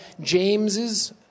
James's